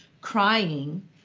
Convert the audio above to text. crying